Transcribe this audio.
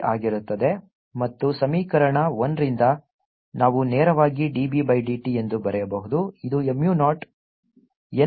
πs2 dBdt0ndIdt ಮತ್ತು ಸಮೀಕರಣ 1 ರಿಂದ ನಾವು ನೇರವಾಗಿ dB ಬೈ dt ಎಂದು ಬರೆಯಬಹುದು ಇದು mu ನಾಟ್ n ಆಲ್ಫಾಗೆ ಸಮನಾಗಿರುತ್ತದೆ